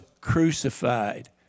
crucified